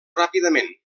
ràpidament